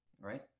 right